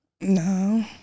No